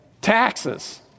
Taxes